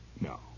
No